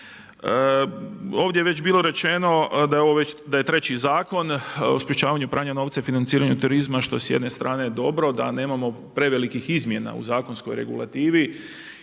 Ovdje je već bilo rečeno da je treći Zakon o sprečavanju pranja novca i financiranju terorizma što je s jedne strane dobro da nemao prevelikih izmjena u zakonskoj regulativi.